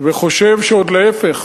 וחושב שעוד להיפך,